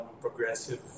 progressive